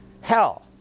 hell